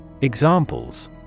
Examples